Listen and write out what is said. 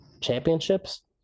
championships